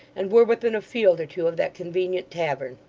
and were within a field or two of that convenient tavern.